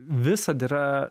visad yra